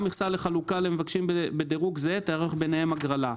מכסה לחלוקה למבקשים בדרוג זהה תיערך ביניהם הגרלה,